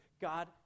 God